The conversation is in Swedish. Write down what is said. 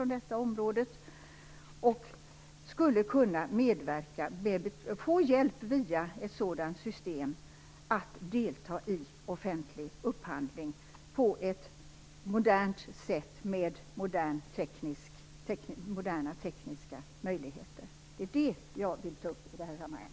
Via ett sådant system skulle de kunna få hjälp att delta i offentlig upphandling på ett modernt sätt med moderna tekniska möjligheter. Det är det som jag vill ta upp i det här sammanhanget.